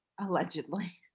Allegedly